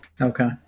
Okay